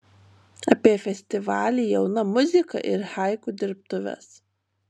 apie festivalį jauna muzika ir haiku dirbtuves